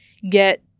get